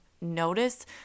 notice